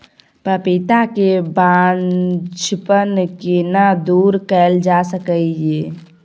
पपीता के बांझपन केना दूर कैल जा सकै ये?